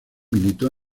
militó